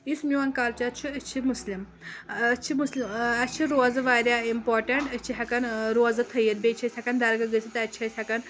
یُس میون کَلچر چھُ أسۍ چھِ مُسلِم أسۍ چھِ مُسلِم اَسہِ چھِ روزٕ واریاہ اِمپاٹنٛٹ أسۍ چھِ ہٮ۪کان روزٕ تھٲیِتھ بیٚیہِ چھِ أسۍ ہٮ۪کان درگاہ گٔژھِتھ تَتہِ چھِ أسۍ ہٮ۪کان